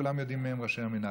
כולם יודעים מיהם ראשי המינהל.